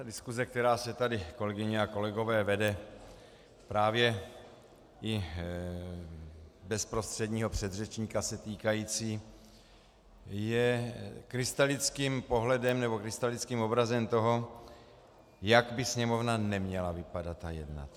Diskuse, která se tady, kolegyně a kolegové, vede, právě i bezprostředního předřečníka se týkající, je krystalickým pohledem, nebo krystalickým obrazem toho, jak by Sněmovna neměla vypadat a jednat.